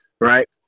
Right